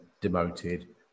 Demoted